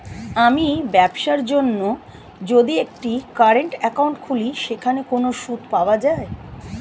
আমি ব্যবসার জন্য যদি একটি কারেন্ট একাউন্ট খুলি সেখানে কোনো সুদ পাওয়া যায়?